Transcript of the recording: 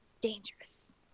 Dangerous